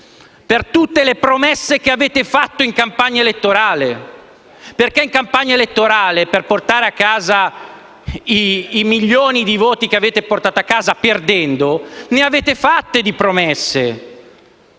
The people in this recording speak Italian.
per tutte le promesse che avete fatto in campagna elettorale. Infatti, in campagna elettorale, per portare a casa i milioni di voti che avete ottenuto (perdendo), ne avete fatte di promesse: